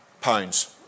pounds